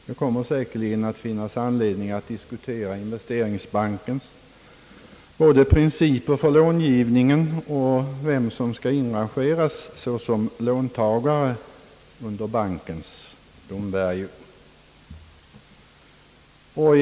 Det kommer säkert att finnas anledning att senare diskutera investeringsbanken, «både principerna för långivningen och vem som skall inrangeras såsom låntagare under bankens domvärjo.